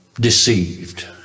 deceived